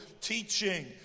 teaching